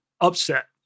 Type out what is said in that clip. upset